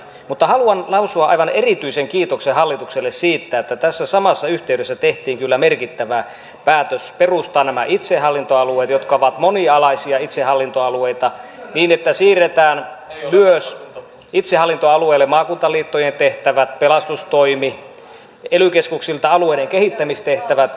mutta haluan lausua aivan erityisen kiitoksen hallitukselle siitä että tässä samassa yhteydessä tehtiin kyllä merkittävä päätös perustaa nämä itsehallintoalueet jotka ovat monialaisia itsehallintoalueita niin että siirretään myös itsehallintoalueille maakuntaliittojen tehtävät pelastustoimi ely keskuksilta alueiden kehittämistehtävät